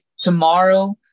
tomorrow